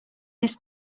this